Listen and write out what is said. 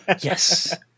yes